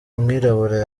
umwirabura